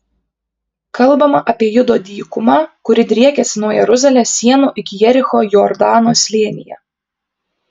kalbama apie judo dykumą kuri driekiasi nuo jeruzalės sienų iki jericho jordano slėnyje